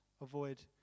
avoid